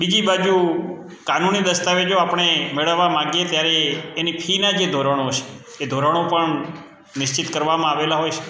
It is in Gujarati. બીજી બાજુ કાનુની દસ્તાવેજો આપણે મેળવવા માંગીએ ત્યારે એની ફીના જે ધોરણો છે એ ધોરણો પણ નિશ્વિત કરવામાં આવેલા હોય છે